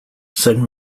sun